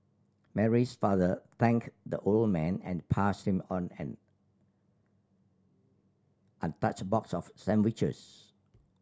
Mary's father thanked the old man and passed him an untouched box of sandwiches